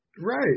Right